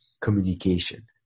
communication